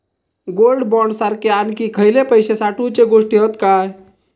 Gold bond सारखे आणखी खयले पैशे साठवूचे गोष्टी हत काय?